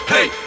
Hey